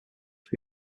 who